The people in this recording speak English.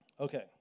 Okay